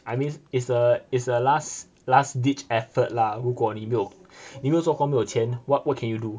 I mean it's a it's a last last ditch effort lah 如果你没有你没有做工没有钱 what what can you do